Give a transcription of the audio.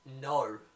No